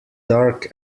dark